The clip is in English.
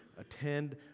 attend